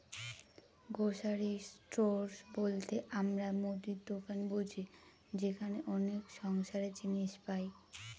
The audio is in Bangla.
গ্রসারি স্টোর বলতে আমরা মুদির দোকান বুঝি যেখানে অনেক সংসারের জিনিস পাই